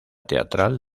teatral